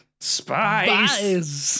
Spies